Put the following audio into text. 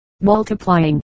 multiplying